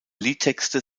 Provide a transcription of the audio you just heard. liedtexte